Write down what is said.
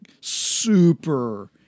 super